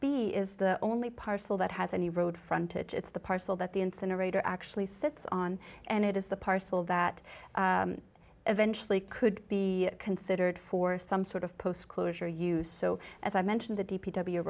b is the only parcel that has any road frontage it's the parcel that the incinerator actually sits on and it is the parcel that eventually could be considered for some sort of post closure use so as i mentioned the d p